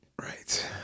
right